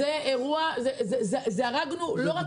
זה להרוג לא רק אותם אלא גם את עצמנו.